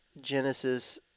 Genesis